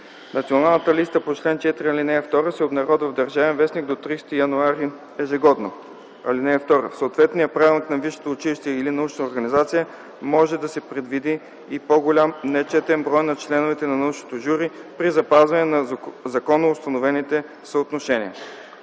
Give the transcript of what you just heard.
Националната листа по чл. 4, ал. 2 се обнародва в „Държавен вестник” до 30 януари ежегодно. (2) В съответния правилник на висшето училище или научна организация може да се предвиди и по-голям нечетен брой на членове на научното жури при запазване на законоустановените съотношения.”